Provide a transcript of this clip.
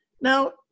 Now